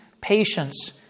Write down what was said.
patience